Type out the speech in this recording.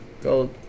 go